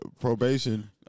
probation